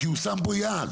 כי הוא שם פה יעד.